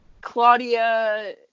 Claudia